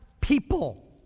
people